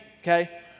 okay